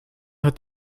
hat